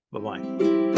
bye-bye